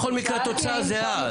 בכל מקרה התוצאה זהה.